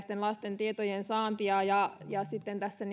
alaikäisten lasten tietojen saantia koskien ja sitten tässä